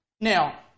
Now